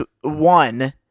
one